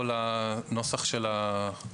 או לנוסח של החוק?